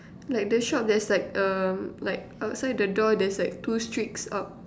like the shop there's like um outside the door there's like two streaks up